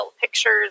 pictures